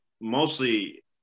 mostly